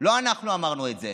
לא אנחנו אמרנו את זה.